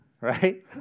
right